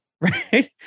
right